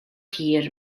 hir